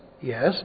Yes